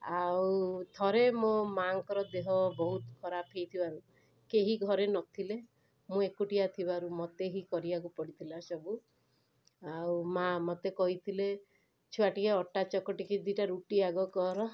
ଆଉ ଥରେ ମୋ ମାଁଙ୍କର ଦେହ ବହୁତଖରାପ ହେଇଥିବାରୁ କେହି ଘରେ ନଥିଲେ ମୁଁ ଏକୁଟିଆ ଥିବାରୁ ମୋତେ ହିଁ କରିବାକୁ ପଡ଼ିଥିଲା ସବୁ ଆଉ ମାଁ ମୋତେ କହିଥିଲେ ଛୁଆ ଟିକେ ଅଟା ଚକଟିକି ଦୁଇଟା ରୁଟି ଆଗ କର